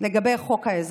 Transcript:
לגבי חוק האזרחות,